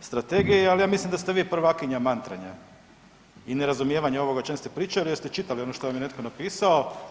strategiji, al ja mislim da ste vi prvakinja mantranja i nerazumijevanja ovoga o čem ste pričali jer ste čitali ono što vam je netko napisao.